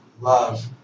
love